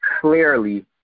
clearly